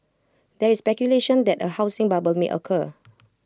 there is speculation that A housing bubble may occur